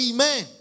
Amen